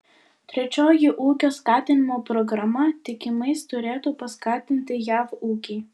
trečioji ūkio skatinimo programa tikimais turėtų paskatinti jav ūkį